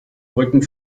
rücken